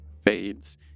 fades